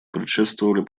предшествовали